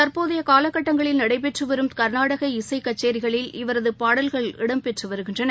தற்போதை காலகட்டங்களில் நடைபெற்று வரும் கா்நாடக இசை கச்கேரிகளில் இவரது பாடல்கள் இடம்பெற்று வருகின்றன